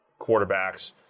quarterbacks